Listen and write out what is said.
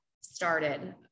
started